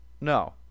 No